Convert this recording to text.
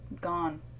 gone